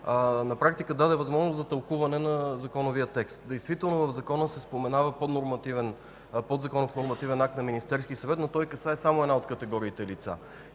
на практика даде възможност за тълкуване на законовия текст. Действително в закона се споменава подзаконов нормативен акт на Министерския съвет, но той касае само една от категориите лица.